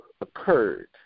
occurred